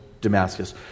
damascus